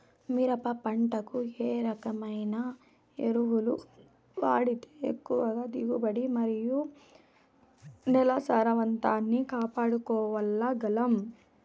మిరప పంట కు ఏ రకమైన ఎరువులు వాడితే ఎక్కువగా దిగుబడి మరియు నేల సారవంతాన్ని కాపాడుకోవాల్ల గలం?